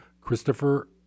Christopher